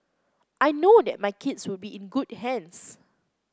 I know that my kids would be in good hands